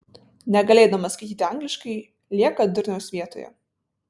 negalėdamas skaityti angliškai lieka durniaus vietoje